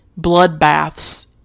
bloodbaths